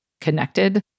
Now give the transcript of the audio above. connected